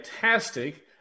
fantastic